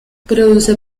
produce